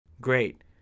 Great